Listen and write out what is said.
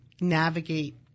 navigate